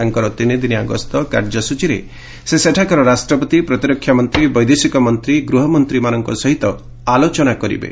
ତାଙ୍କର ତିନିଦିନିଆ ଗସ୍ତ କାର୍ଯ୍ୟସୂଚୀରେ ସେ ସେଠାକାର ରାଷ୍ଟ୍ରପତି ପ୍ରତିରକ୍ଷାମନ୍ତ୍ରୀ ବୈଦେଶିକମନ୍ତ୍ରୀ ଓ ଆଭ୍ୟନ୍ତରୀଶ ମନ୍ତ୍ରୀମାନଙ୍କ ସହିତ ଆଲୋଚନା କରିବେ